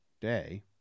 day